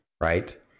right